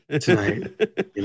tonight